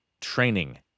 training